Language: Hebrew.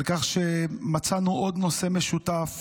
על כך שמצאנו עוד נושא משותף